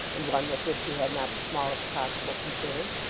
and one with which he had not the smallest possible concern.